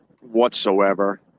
whatsoever